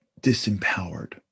disempowered